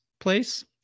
place